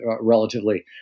relatively